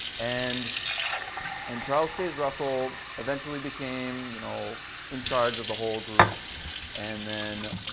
and and charles taze russell eventually became you know in charge of the whole group and then,